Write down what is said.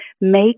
Make